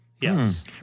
Yes